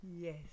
Yes